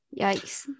Yikes